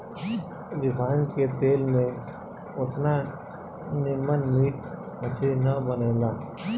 refine के तेल में ओतना निमन मीट मछरी ना बनेला